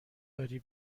داری